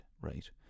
right